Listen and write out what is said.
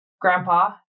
grandpa